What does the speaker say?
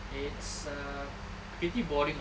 it's a pretty boring lah